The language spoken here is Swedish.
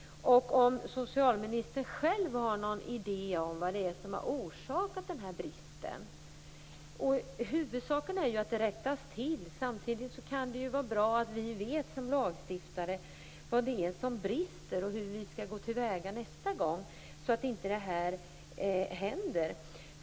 Har socialministern själv någon idé om vad som har orsakat den här bristen? Huvudsaken är ju att det rättas till. Samtidigt kan det vara bra att vi som lagstiftare vet vad som brister och hur vi skall gå till väga nästa gång, så att inte det här händer.